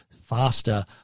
faster